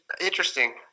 interesting